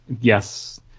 Yes